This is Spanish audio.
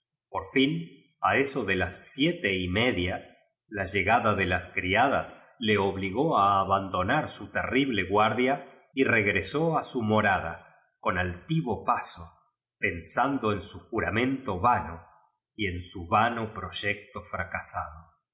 por tin n eso de las siete y inedia la lle gada de las criadas le obligó a abandonar su terrible guardia y regresó t i su morada con altivo paso pensando en su juramento vano y en su vano proyecto fracasado